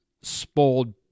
spoiled